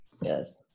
Yes